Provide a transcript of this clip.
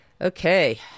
Okay